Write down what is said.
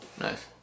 Nice